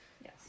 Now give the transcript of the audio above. Yes